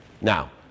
Now